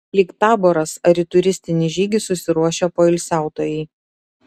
lyg taboras ar į turistinį žygį susiruošę poilsiautojai